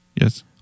Yes